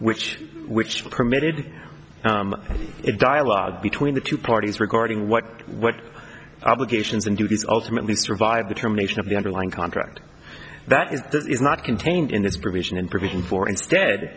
which which permitted a dialogue between the two parties regarding what what obligations and duties ultimately survive the termination of the underlying contract that is is not contained in this provision and provision for instead